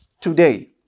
today